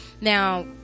now